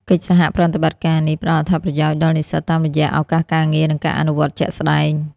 កិច្ចសហប្រតិបត្តិការនេះផ្តល់អត្ថប្រយោជន៍ដល់និស្សិតតាមរយៈ ឱកាសការងារ និងការអនុវត្តជាក់ស្តែង។